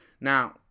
Now